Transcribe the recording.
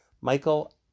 Michael